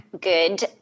good